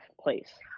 place